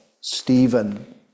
Stephen